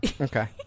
Okay